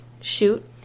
shoot